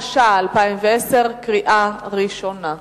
התש"ע 2010, קריאה ראשונה.